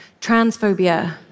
transphobia